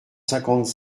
cinquante